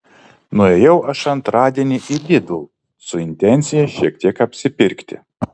nuėjau aš antradienį į lidl su intencija šiek tiek apsipirkti